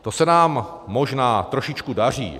To se nám možná trošičku daří.